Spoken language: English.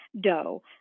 dough